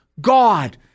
God